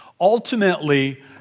Ultimately